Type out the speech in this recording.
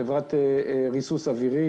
חברת ריסוס אווירי.